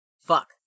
Fuck